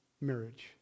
marriage